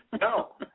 No